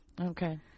Okay